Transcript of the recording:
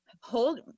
hold